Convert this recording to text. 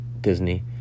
Disney